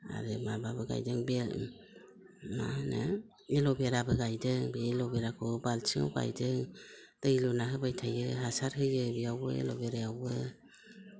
आरो माबाबो गायदों बे मा होनो एल'बेराबो गायदों बे एल'बेराखौ बाल्थिङाव गायदों दै लुना होबाय थायो हासार होयो बेयावबो एल'बेरायावबो